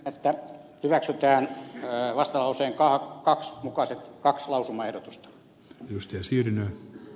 ehkä hyväksytään vastalauseenkaa kaks mukaiset kaksi lausumaehdotusta arvoisa puhemies